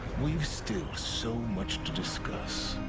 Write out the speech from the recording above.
we've still so much to discuss.